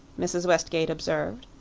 mrs. westgate observed.